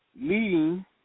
leading